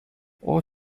all